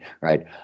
right